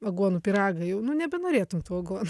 aguonų pyragą jau nu nebenorėtum tų aguonų